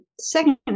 second